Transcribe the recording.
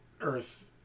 Earth